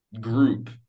group